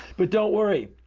but don't worry,